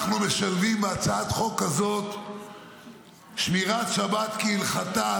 אנחנו משלבים בהצעת החוק הזאת שמירת שבת כהלכתה,